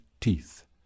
teeth